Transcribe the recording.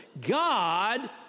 God